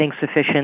sufficient